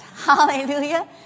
Hallelujah